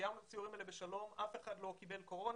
סיימנו את הסיורים האלה בשלום ואף אחד לא חלה בקורונה.